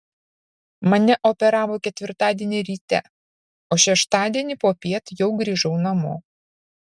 mane operavo ketvirtadienį ryte o šeštadienį popiet jau grįžau namo